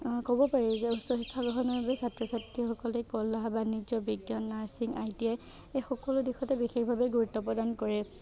ক'ব পাৰি যে উচ্চ শিক্ষা গ্ৰহণৰ বাবে ছাত্ৰ ছাত্ৰীসকলে কলা বাণিজ্য বিজ্ঞান নাৰ্ছিং আই টি আই এই সকলো দিশতে বিশেষভাৱে গুৰুত্ব প্ৰদান কৰে